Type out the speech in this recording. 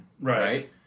right